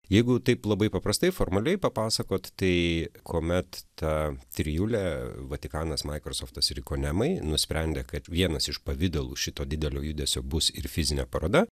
jeigu taip labai paprastai formaliai papasakot tai kuomet ta trijulė vatikanas maikrosoftas ir ikonemai nusprendė kad vienas iš pavidalų šito didelio judesio bus ir fizinė paroda